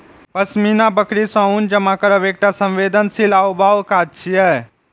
पश्मीना बकरी सं ऊन जमा करब एकटा संवेदनशील आ ऊबाऊ काज छियै